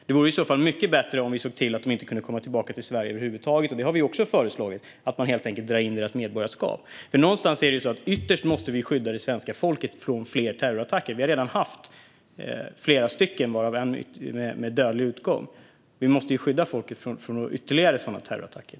Det vore i så fall mycket bättre om vi såg till att de inte kunde komma tillbaka till Sverige över huvud taget. Det har vi också föreslagit, alltså att man helt enkelt drar in deras medborgarskap. Ytterst måste vi skydda det svenska folket från fler terrorattacker. Vi har redan haft flera, varav en med dödlig utgång. Vi måste skydda folket från ytterligare sådana terrorattacker.